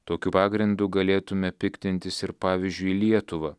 tokiu pagrindu galėtume piktintis ir pavyzdžiui lietuva